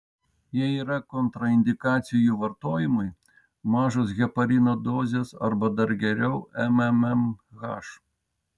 jei yra kontraindikacijų jų vartojimui mažos heparino dozės arba dar geriau mmmh